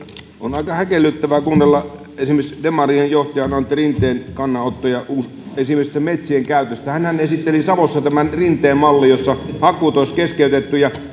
on aika häkellyttävää kuunnella esimerkiksi demarien johtajan antti rinteen kannanottoja esimerkiksi metsien käytöstä hänhän esitteli savossa tämän rinteen mallin jossa hakkuut olisi keskeytetty ja